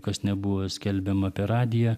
kas nebuvo skelbiama per radiją